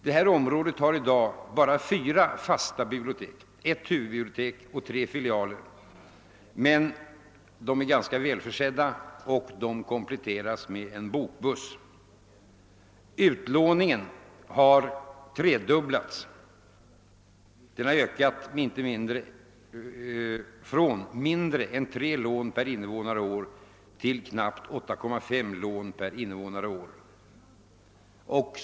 Detta område har i dag bara fyra fasta bibliotek, ett huvudbibliotek och tre filialer, men dessa är ganska välförsedda och kompletteras med en bokbuss. Utlåningen har tredubblats. Den har ökat från mindre än tre lån per invånare och år till ungefär 8,> lån per invånare och år.